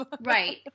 Right